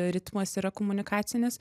ritmas yra komunikacinis